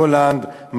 הולנד,